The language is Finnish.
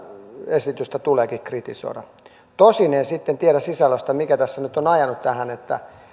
esitystä tuleekin kritisoida tosin en sitten tiedä sisällöstä mikä tässä on on ajanut tähän että